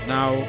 Now